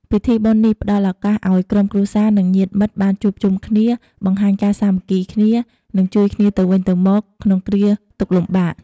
ពិធីបុណ្យនេះផ្តល់ឱកាសឱ្យក្រុមគ្រួសារ និងញាតិមិត្តបានជួបជុំគ្នា បង្ហាញការសាមគ្គីគ្នា និង ជួយគ្នាទៅវិញទៅមក ក្នុងគ្រាទុក្ខលំបាក។